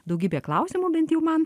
daugybė klausimų bent jau man